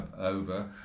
over